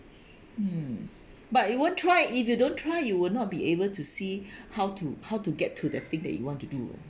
mm but it won't try if you don't try you will not be able to see how to how to get to the thing that you want to do